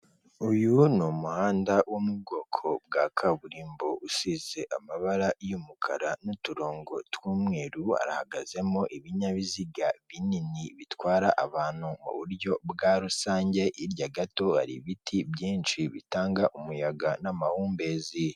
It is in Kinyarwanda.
Uyu ni umuhanda wo mu bwoko bwa kaburimbo usize amabara y'umukara n'uturongo tw'umweru, ahagazemo ibinyabiziga binini bitwara abantu mu buryo bwa rusange, hirya gato hari ibiti byinshi bitanga umuyaga n'amahumbezi.